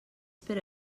per